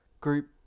group